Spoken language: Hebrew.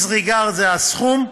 disregard הוא הסכום,